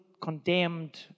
condemned